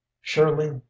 surely